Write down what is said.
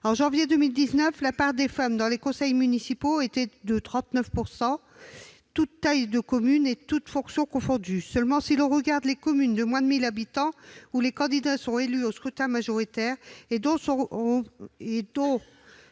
de janvier dernier, la part des femmes dans les conseils municipaux était de 39 %, toutes tailles de communes et toutes fonctions confondues. Seulement, si l'on regarde les communes de moins de 1 000 habitants, où les candidats sont élus au scrutin majoritaire, donc